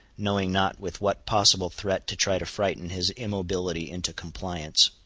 knowing not with what possible threat to try to frighten his immobility into compliance.